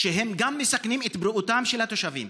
שגם הם מסכנים את בריאותם של התושבים.